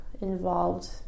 involved